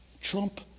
Trump